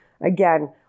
again